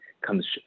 comes